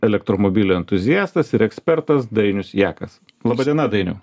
elektromobilių entuziastas ir ekspertas dainius jakas laba diena dainiau